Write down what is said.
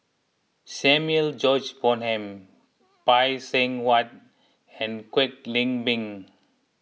Samuel George Bonham Phay Seng Whatt and Kwek Leng Beng